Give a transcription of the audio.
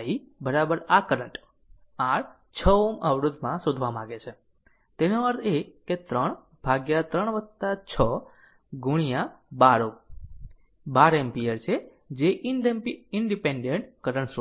i આ current r 6 Ω અવરોધમાં શોધવા માંગે છે તેનો અર્થ એ કે 3 ભાગ્યા 3 6 ગુણ્યા 12 Ω 12 એમ્પીયર છે જે ઇનડીપેન્ડેન્ટ કરંટ સ્રોત છે